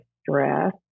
stress